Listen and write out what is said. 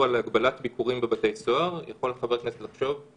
על הגבלת ביקורים בבתי סוהר: אוקיי,